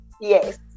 Yes